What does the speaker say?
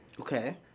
Okay